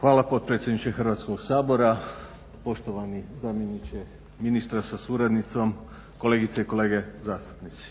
Hvala potpredsjedniče Hrvatskog sabora, poštovani zamjeniče ministra sa suradnicom, kolegice i kolege zastupnici.